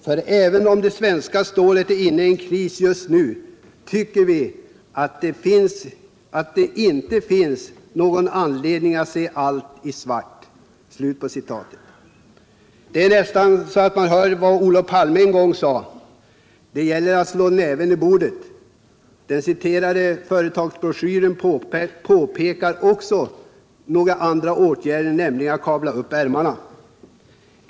För även om det svenska stålet är inne i en kris just nu, tycker vi inte att det finns någon anledning att se i svart.” Det är nästan så att man hör vad Olof Palme en gång sade: ”Det gäller att slå näven i bordet.” Den citerade företagsbroschyren påpekar också nödvändigheten av en del andra åtgärder, nämligen att ”kavla upp ärmarna”.